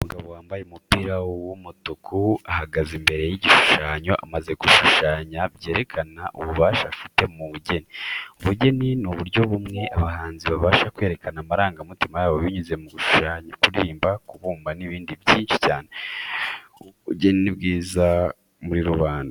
Umugabo wambaye umupira w'umutuku ahagaze imbere y'igishushanyo amaze gushushanya byerekana ububasha afite mu bugeni. Ubugeni ni uburyo bumwe abahanzi babasha kwerekana amarangamutima yabo binyuze mu gushushanya, kuririmba, kubumba n'ibindi byinshi cyane. Ubugeni ni bwiza muri rubanda.